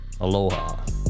Aloha